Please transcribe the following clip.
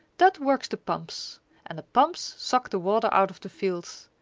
that works the pumps and the pumps suck the water out of the fields,